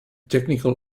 technical